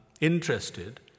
interested